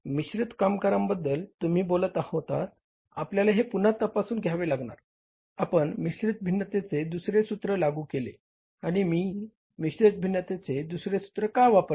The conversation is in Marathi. मिश्रीत फरकाबद्दल तुम्ही बोलत होतात आपल्याला हे पुन्हा तपासून घ्यावे लागणार आपण मिश्रित भिन्नतेचे दुसरे सूत्र लागू केले आणि मी मिश्रित भिन्नतेचे दुसरे सूत्र का वापरले